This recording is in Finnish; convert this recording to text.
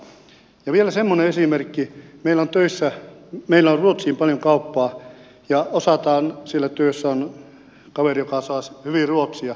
ja vielä semmoinen esimerkki että meillä on ruotsiin paljon kauppaa ja siellä työssä on kaveri joka osaa hyvin ruotsia